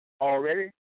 already